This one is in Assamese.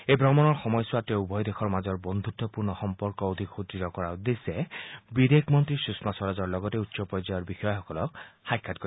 এই ভ্ৰমণৰ সময়ছোৱাত তেওঁ উভয় দেশৰ মাজত বন্ধুত্পূৰ্ণ সম্পৰ্ক অধিক সুদ্য় কৰাৰ উদ্দশ্যে বিদেশমন্ত্ৰী সুষমা স্বৰাজৰ লগতে উচ্চ পৰ্যায়ৰ বিষয়াসকলক সাক্ষাৎ কৰিব